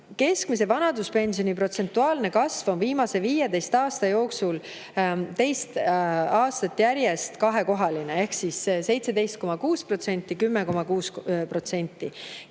Keskmise vanaduspensioni protsentuaalne kasv on viimase 15 aasta jooksul teist aastat järjest kahekohaline ehk 17,6% ja 10,6%.